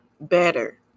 better